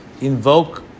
invoke